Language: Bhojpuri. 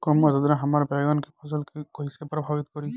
कम आद्रता हमार बैगन के फसल के कइसे प्रभावित करी?